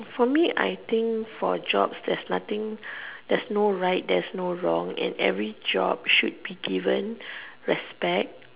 for me I think for jobs that's nothing there's no right there's no wrong and every job should be given respect